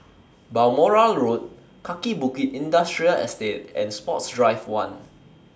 Balmoral Road Kaki Bukit Industrial Estate and Sports Drive one